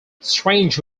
strange